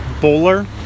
Bowler